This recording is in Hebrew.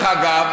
דרך אגב,